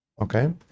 Okay